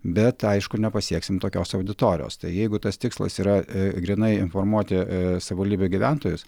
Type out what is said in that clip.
bet aišku nepasieksim tokios auditorijos tai jeigu tas tikslas yra grynai informuoti savivaldybių gyventojus